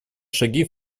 шаги